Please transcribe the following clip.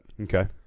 Okay